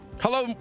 hello